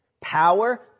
power